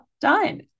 done